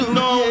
no